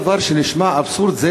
זה דבר שנשמע אבסורד.